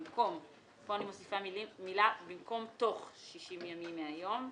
במקום פה אני מוסיפה מילה "תוך 60 ימים מהיום"